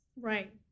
Right